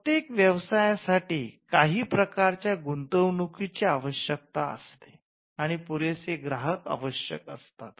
प्रत्येक व्यवसायासाठी काही प्रकारच्या गुंतवणूकीची आवश्यकता असते आणि पुरेसे ग्राहक आवश्यक असतात